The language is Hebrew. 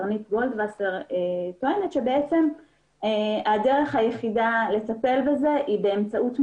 קרנית גולדווסר טוענת שהדרך היחידה לטפל בזה היא באמצעות מניעה,